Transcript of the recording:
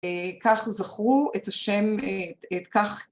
כך זכרו את השם, את כך